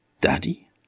Daddy